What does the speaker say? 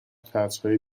ترسهای